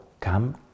come